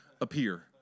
appear